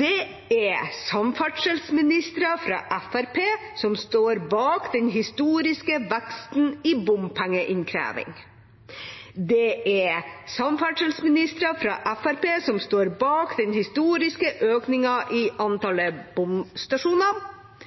Det er samferdselsministre fra Fremskrittspartiet som står bak den historiske veksten i bompengeinnkreving. Det er samferdselsministre fra Fremskrittspartiet som står bak den historiske økningen i antall bomstasjoner.